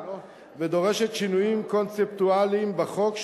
ודורשת שינויים קונספטואליים בחוק,